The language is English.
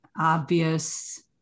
obvious